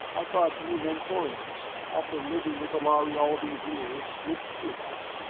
i thought you mentorians, after living with the lhari all these years, would feel that.